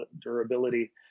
durability